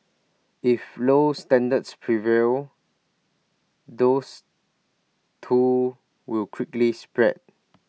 if low standards prevail those too will quickly spread